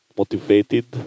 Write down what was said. motivated